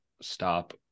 stop